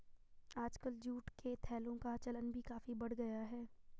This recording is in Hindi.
आजकल जूट के थैलों का चलन भी काफी बढ़ गया है